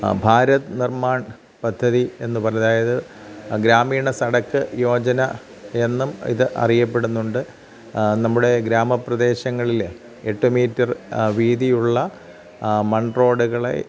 ഭാരത് നിർമാൺ പദ്ധതി എന്ന് പറഞ്ഞ് അതായത് ഗ്രാമീണ സഡക്ക് യോജന എന്നും ഇത് അറിയപ്പെടുന്നുണ്ട് നമ്മുടെ ഗ്രാമ പ്രദേശങ്ങളിൽ എട്ട് മീറ്റർ വീതി ഉള്ള മൺ റോഡുകളെ